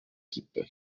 équipe